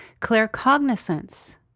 claircognizance